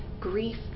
grief